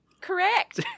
Correct